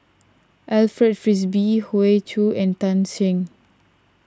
Alfred Frisby Hoey Choo and Tan Shen